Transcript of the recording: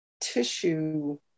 tissue